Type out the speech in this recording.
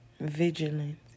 vigilant